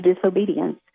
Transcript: disobedience